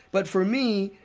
but, for me,